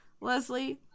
Leslie